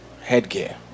headgear